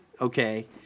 okay